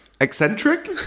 Eccentric